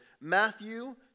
Matthew